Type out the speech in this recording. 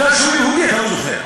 מכיוון שהוא יהודי אתה לא זוכר.